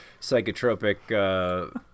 psychotropic